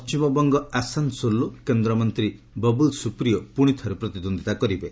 ପଣ୍ଢିମବଙ୍ଗର ଆସାନ୍ସୋଲ୍ରୁ କେନ୍ଦ୍ରମନ୍ତ୍ରୀ ବବୁଲ୍ ସୁପ୍ରିୟୋ ପୁଣି ଥରେ ପ୍ରତିଦ୍ୱନ୍ଦିତା କରିବେ